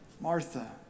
Martha